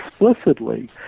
explicitly